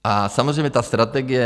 A samozřejmě ta strategie.